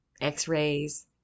x-rays